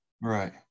right